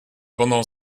pendant